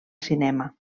cinema